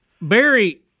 Barry